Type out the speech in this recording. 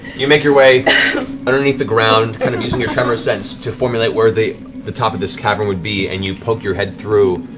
you make your way underneath the ground, kind of using your tremor sense to formulate where the the top of this cavern would be, and you poke your head through